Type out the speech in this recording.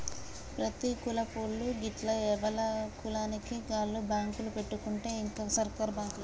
ప్రతి కులపోళ్లూ గిట్ల ఎవల కులానికి ఆళ్ల బాంకులు పెట్టుకుంటే ఇంక సర్కారు బాంకులెందుకు